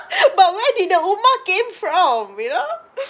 but where did the umah came from you know